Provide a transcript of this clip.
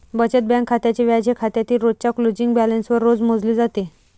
बचत बँक खात्याचे व्याज हे खात्यातील रोजच्या क्लोजिंग बॅलन्सवर रोज मोजले जाते